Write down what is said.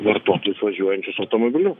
vartotojus važiuojančius automobiliu